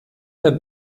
herr